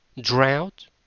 drought